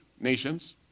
nations